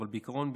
אבל בעיקרון,